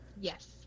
Yes